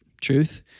truth